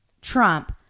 Trump